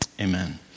Amen